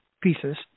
pieces